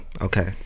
Okay